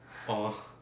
orh